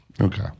Okay